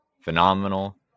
phenomenal